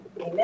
Amen